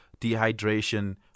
dehydration